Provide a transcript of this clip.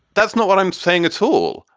that's not what i'm saying. it's all.